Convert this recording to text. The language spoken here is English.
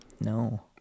No